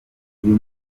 uyu